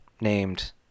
named